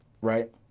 right